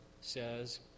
says